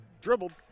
dribbled